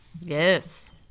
Yes